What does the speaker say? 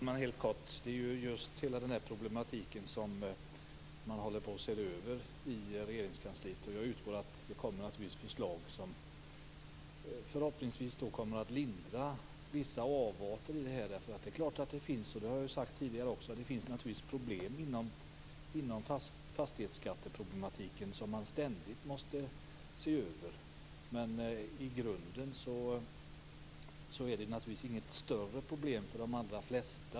Fru talman! Det är just den här problematiken som man håller på och ser över i Regeringskansliet. Jag utgår ifrån att det kommer förslag som förhoppningsvis kommer att lindra avarter i detta. Det finns naturligtvis problem inom fastighetsskatteproblematiken som man ständigt måste se över. I grunden är det inget större problem för de allra flesta.